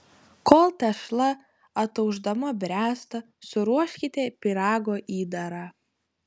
kol tešla ataušdama bręsta suruoškite pyrago įdarą